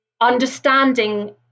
understanding